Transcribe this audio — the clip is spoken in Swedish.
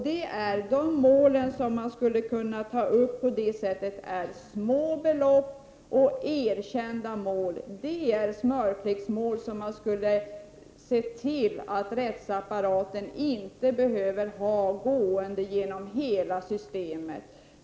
De mål som skulle kunna handläggas på detta sätt rör erkända snatterier för små belopp. Det är sådana smörklicksmål som rättsapparaten inte borde behöva ha gående genom hela systemet.